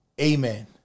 amen